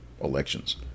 elections